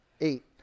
eight